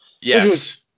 yes